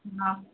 हा